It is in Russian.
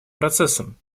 процессом